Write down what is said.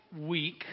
week